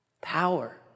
Power